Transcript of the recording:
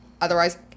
Otherwise